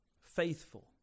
Faithful